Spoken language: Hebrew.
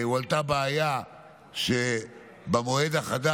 הועלתה בעיה שבמועד החדש,